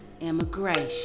immigration